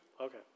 Okay